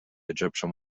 egyptian